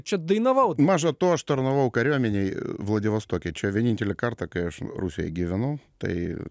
čia dainavau maža to aš tarnavau kariuomenėj vladivostoke čia vienintelį kartą kai aš rusijoje gyvenau tai